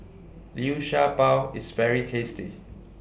Liu Sha Bao IS very tasty